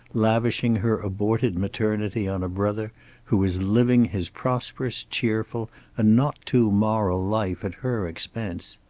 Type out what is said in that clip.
lavishing her aborted maternity on a brother who was living his prosperous, cheerful and not too moral life at her expense.